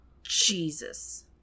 jesus